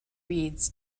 reeds